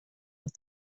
with